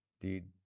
indeed